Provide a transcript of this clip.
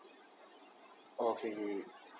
okay